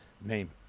name